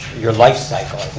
your life cycle,